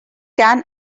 can